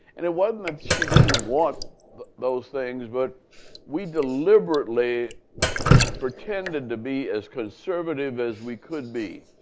and it wasn't that she didn't want those things but we deliberately pretended to be as conservative as we could be